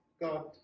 God